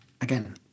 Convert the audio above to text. again